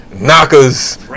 Knockers